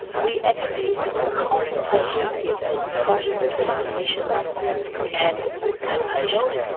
we actually, a a consultation is a discussion between a clinician and a patient,